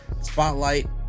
spotlight